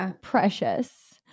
precious